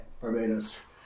Barbados